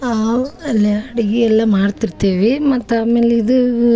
ನಾವು ಅಲ್ಲಿ ಅಡಿಗಿ ಎಲ್ಲ ಮಾಡ್ತಿರ್ತೀವಿ ಮತ್ತೆ ಆಮೇಲೆ ಇದು